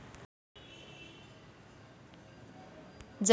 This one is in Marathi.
जमीनीमंदी क्षार जास्त झाल्यास ते कमी कायनं करता येईन?